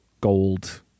gold